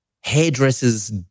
hairdressers